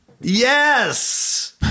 Yes